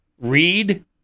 read